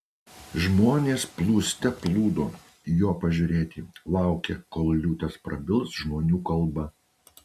žmonės plūste plūdo jo pažiūrėti laukė kol liūtas prabils žmonių kalba